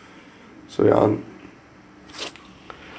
so ya